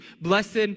Blessed